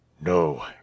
No